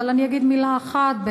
אבל אני אגיד מילה אחת,